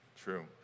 True